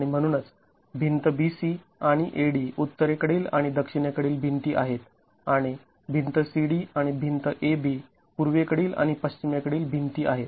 आणि म्हणूनच भिंत BC आणि AD उत्तरेकडील आणि दक्षिणेकडील भिंती आहेत आणि भिंत CD आणि भिंत AB पूर्वेकडील आणि पश्चिमेकडील भिंती आहेत